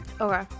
Okay